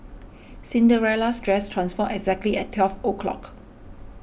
Cinderella's dress transformed exactly at twelve o'clock